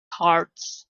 hearts